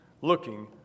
looking